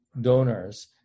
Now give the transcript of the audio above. donors